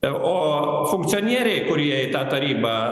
o funkcionieriai kurie į tą tarybą